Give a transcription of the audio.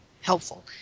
helpful